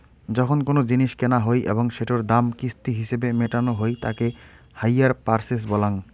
যখন কোনো জিনিস কেনা হই এবং সেটোর দাম কিস্তি হিছেবে মেটানো হই তাকে হাইয়ার পারচেস বলাঙ্গ